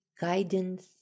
guidance